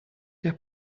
der